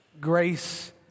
Grace